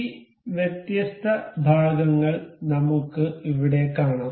ഈ വ്യത്യസ്ത ഭാഗങ്ങൾ നമുക്ക് ഇവിടെ കാണാം